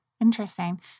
Interesting